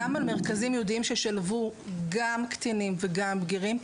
גם על מרכזים ייעודים ששילבו גם קטינים וגם בגירים,